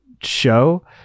show